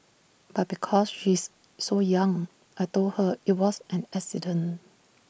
but because she's so young I Told her IT was an accident